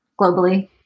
globally